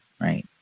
right